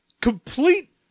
complete